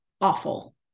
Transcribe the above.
awful